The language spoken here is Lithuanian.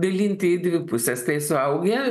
dalinti į dvi puses tai suaugę